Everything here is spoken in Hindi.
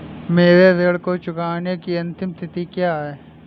मेरे ऋण को चुकाने की अंतिम तिथि क्या है?